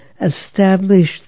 established